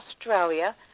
Australia